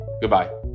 Goodbye